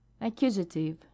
Accusative